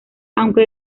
aunque